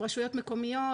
עם רשויות מקומיות,